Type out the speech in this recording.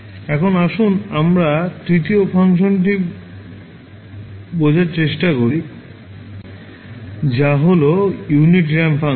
এখন আসুন আমরা তৃতীয় ফাংশনটি বোঝার চেষ্টা করি যা হল ইউনিট র্যাম্প ফাংশন